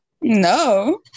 No